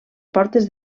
portes